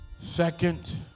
Second